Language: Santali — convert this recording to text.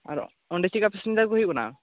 ᱟᱨ ᱚᱸᱰᱮ ᱪᱮᱫ ᱞᱮᱠᱟ ᱯᱮᱥᱮᱧᱡᱟᱨ ᱠᱚ ᱦᱩᱭᱩᱜ ᱠᱟᱱᱟ